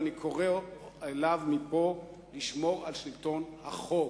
ואני קורא אליו מפה: לשמור על שלטון החוק,